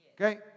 Okay